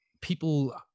people